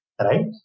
right